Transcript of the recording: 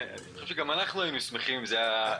גם אנחנו היינו שמחים אם זה היה במקום.